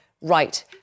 right